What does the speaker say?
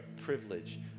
privilege